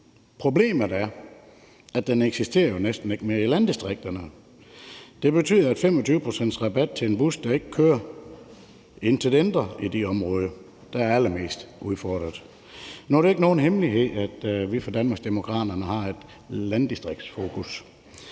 Problemet er, at den næsten ikke eksisterer mere i landdistrikterne. Det betyder, at 25 pct.s rabat til en bus, der ikke kører, intet ændrer i de områder, der er allermest udfordret. Nu er det ikke nogen hemmelighed, at vi fra Danmarksdemokraternes side har et landdistriktsfokus,